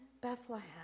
Bethlehem